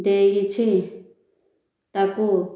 ଦେଇଛି ତାକୁ